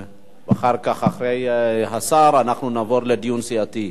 אחרי השר אנחנו נעבור לדיון סיעתי.